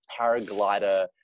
paraglider